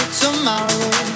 tomorrow